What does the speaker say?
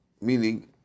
Meaning